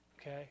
Okay